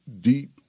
deep